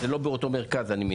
זה לא באותו מרכז, אני מניח.